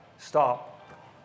stop